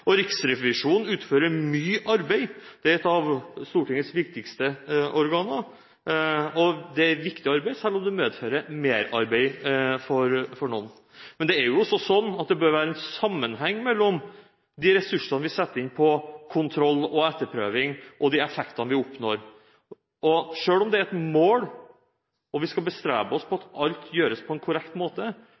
Riksrevisjonen utfører mye arbeid, det er et av Stortingets viktigste organer, og det er et viktig arbeid, selv om det medfører merarbeid for noen. Men det bør være en sammenheng mellom de ressursene vi setter inn på kontroll og etterprøving, og de effektene vi oppnår, og selv om det er et mål, og vi skal bestrebe oss på at alt gjøres på en korrekt måte,